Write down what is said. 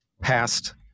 past